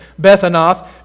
Bethanoth